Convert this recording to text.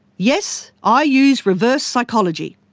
yes, i use reverse psychology.